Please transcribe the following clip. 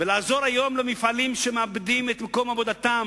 ולעזור היום למפעלים שהעובדים בהם מאבדים את מקום עבודתם,